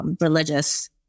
Religious